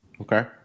Okay